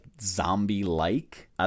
zombie-like